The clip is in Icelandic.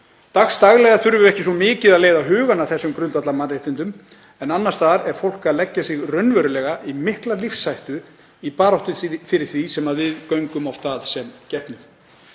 Dagsdaglega þurfum við ekki svo mikið að leiða hugann að þessum grundvallarmannréttindum en annars staðar leggur fólk sig raunverulega í mikla lífshættu í baráttu fyrir því sem við göngum oft að sem gefnu.